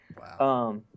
Wow